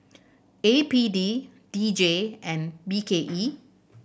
A P D D J and B K E